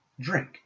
drink